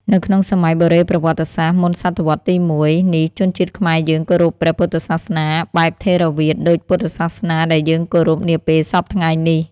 នៅក្នុងសម័យបុរេប្រវត្តិសាស្ត្រ មុនសតវត្សទី ១ នេះជនជាតិខ្មែរយើងគោរពព្រះពុទ្ធសាសនាបែបថេរវាទដូចពុទ្ធសាសនាដែលយើងគោរពនាពេលសព្វថ្ងៃនេះ ។